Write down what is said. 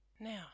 Now